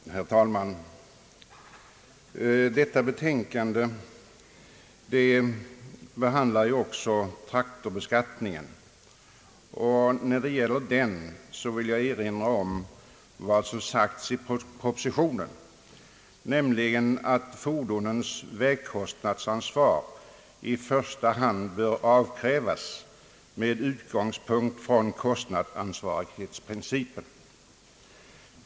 Herr talman! I detta betänkande behandlas också <traktorbeskattningen. När det gäller den frågan vill jag er inra om vad som sagts i propositionen, nämligen att fordonens vägkostnadsansvar i första hand bör avkrävas med utgångspunkt i kostnadsansvarighetsprincipen.